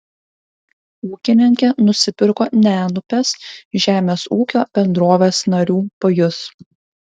ūkininkė nusipirko nenupės žemės ūkio bendrovės narių pajus